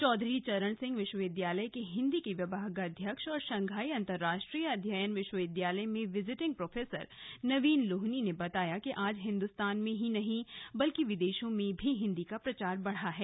चौधरी चरण सिंह विश्वविद्यालय के हिंदी के विभागाध्यक्ष और शंघाई अंतर्राष्ट्रीय अध्ययन विश्वविद्यालय में विजिटिंग प्रोफेसर नवीन लोहनी ने बताया कि आज हिंदुस्तान में ही नहीं बल्कि विदेशों में भी हिंदी का प्रचार बढ़ा है